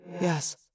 Yes